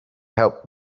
help